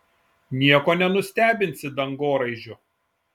nieko nenustebinsi dangoraižiu